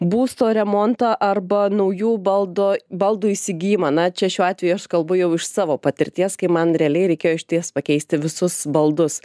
būsto remontą arba naujų baldų baldų įsigijimą na čia šiuo atveju aš kalbu jau iš savo patirties kai man realiai reikėjo išties pakeisti visus baldus